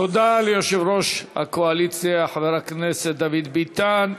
תודה ליושב-ראש הקואליציה חבר הכנסת דוד ביטן.